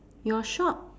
your shop